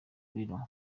biro